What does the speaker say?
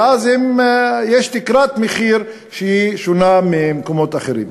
ואז יש תקרת מחיר ששונה ממקומות אחרים.